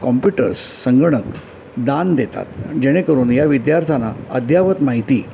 computers संगणक दान देतात जेणेकरून या विद्यार्थ्यांना अद्ययावत माहिती